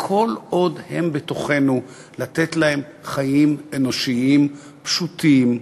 וכל עוד הם בתוכנו לתת להם חיים אנושיים פשוטים,